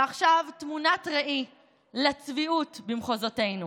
ועכשיו, תמונת ראי לצביעות במחוזותינו.